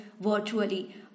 virtually